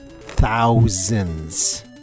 Thousands